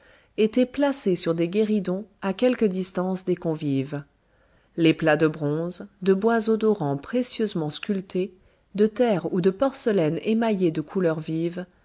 étaient placés sur des guéridons à quelque distance des convives les plats de bronze de bois odorant précieusement sculpté de terre ou de porcelaine émaillée de couleurs vives